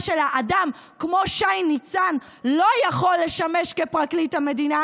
שלה אדם כמו שי ניצן לא יכול לשמש פרקליט המדינה,